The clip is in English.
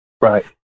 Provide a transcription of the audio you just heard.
Right